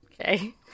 Okay